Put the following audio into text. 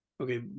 Okay